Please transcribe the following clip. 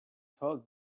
thought